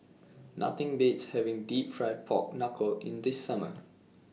Nothing Beats having Deep Fried Pork Knuckle in The Summer